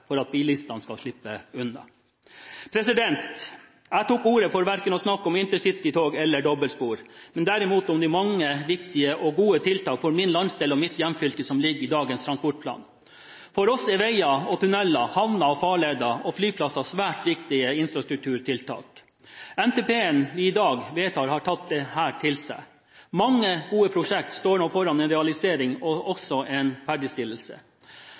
for at bilistene skal slippe unna. Jeg tok ordet verken for å snakke om intercitytog eller dobbeltspor, men derimot om de mange viktige og gode tiltak for min landsdel og mitt hjemfylke som ligger i dagens transportplan. For oss er veier og tunneler, havner og farleder og flyplasser svært viktige infrastrukturtiltak. NTP-en vi i dag vedtar, har tatt dette til seg. Mange gode prosjekter står nå foran en realisering og også en ferdigstillelse.